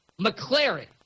McLaren